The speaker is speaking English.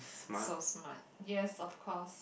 so smart yes of course